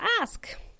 ask